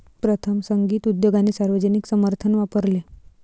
प्रथम, संगीत उद्योगाने सार्वजनिक समर्थन वापरले